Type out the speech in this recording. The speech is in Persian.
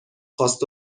خواست